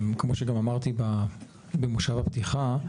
כמו שגם אמרתי בישיבת הפתיחה,